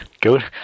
Good